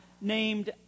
named